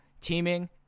teaming